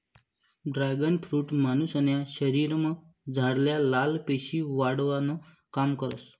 dragon fruit मानुसन्या शरीरमझारल्या लाल पेशी वाढावानं काम करस